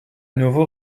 nouveau